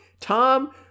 Tom